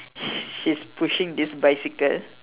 she's pushing this bicycle